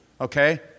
okay